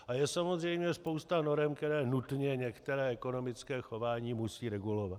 A je samozřejmě spousta norem, které nutně některé ekonomické chování musí regulovat.